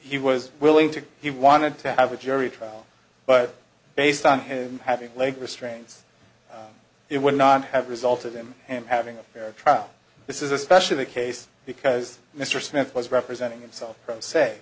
he was willing to he wanted to have a jury trial but based on him having leg restraints it would not have resulted in him having a fair trial this is especially the case because mr smith was representing himself pro se